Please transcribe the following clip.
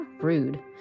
rude